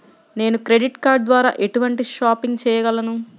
నేను credit card ద్వార ఎటువంటి షాపింగ్ చెయ్యగలను?